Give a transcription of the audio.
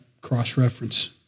cross-reference